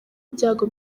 ibyago